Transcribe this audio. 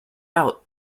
out